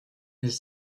les